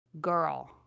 Girl